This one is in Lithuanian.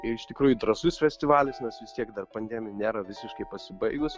iš tikrųjų drąsus festivalis nas vis tiek dar pandemija nėra visiškai pasibaigus